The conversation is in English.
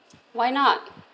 why not